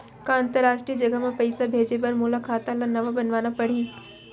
का अंतरराष्ट्रीय जगह म पइसा भेजे बर मोला खाता ल नवा बनवाना पड़ही?